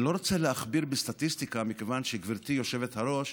אני לא רוצה להכביר בסטטיסטיקה, גברתי היושבת-ראש,